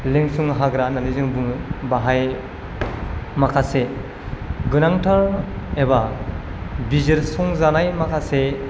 लेंसुं हाग्रा होननानै जों बुङो बेहाय माखासे गोनांथार एबा बिजिरसंजानाय माखासे